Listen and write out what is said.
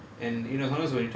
kind of focus